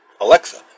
Alexa